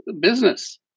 business